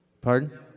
pardon